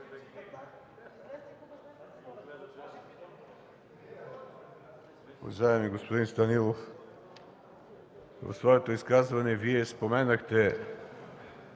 Уважаеми господин Станилов, в своето изказване Вие споменахте